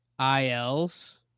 ILs